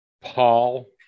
Paul